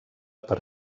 per